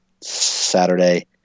saturday